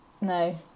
No